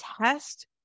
test